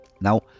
Now